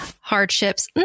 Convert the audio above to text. hardships